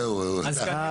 אהה זהו ואני מנסה.